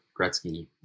Gretzky